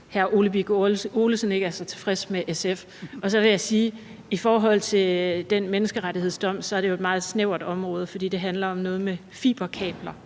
at hr. Ole Birk Olesen ikke er så tilfreds med SF. Så vil jeg i forhold til den menneskerettighedsdom sige, at det jo er et meget snævert område. For det handler om noget med fiberkabler,